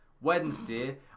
Wednesday